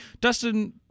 Dustin